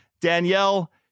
Danielle